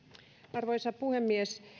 arvoisa puhemies